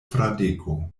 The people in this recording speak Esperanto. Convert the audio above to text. fradeko